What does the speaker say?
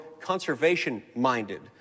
conservation-minded